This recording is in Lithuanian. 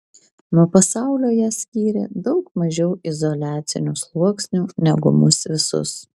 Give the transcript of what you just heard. nuo pasaulio ją skyrė daug mažiau izoliacinių sluoksnių negu mus visus